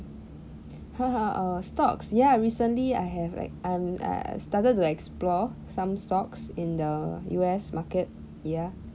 ha ha err stocks ya recently I have like I I started to explore some stocks in the U_S market ya